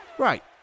Right